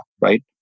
right